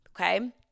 okay